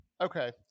Okay